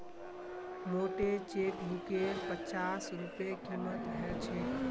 मोटे चेकबुकेर पच्चास रूपए कीमत ह छेक